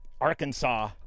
Arkansas